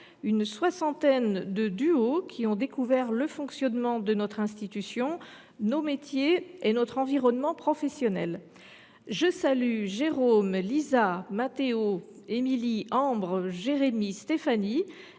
une soixantaine de duos qui ont découvert le fonctionnement de notre institution, nos métiers et notre environnement professionnel. Je salue Jérôme, Liza, Mattéo, Émilie, Ambre, Jérémy, Stéphanie